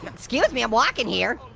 excuse me, i'm walkin' here.